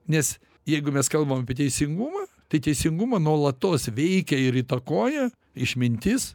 nes jeigu mes kalbam apie teisingumą tai teisingumą nuolatos veikia ir įtakoja išmintis